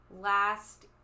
last